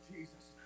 Jesus